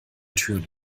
türen